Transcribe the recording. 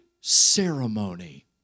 ceremony